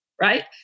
Right